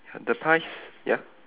the pies